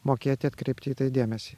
mokėti atkreipti į tai dėmesį